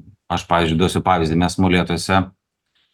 aš pavyzdžiui duosiu pavyzdį mes molėtuose